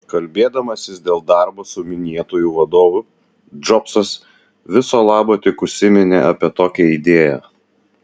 kalbėdamasis dėl darbo su minėtuoju vadovu džobsas viso labo tik užsiminė apie tokią idėją